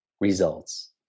results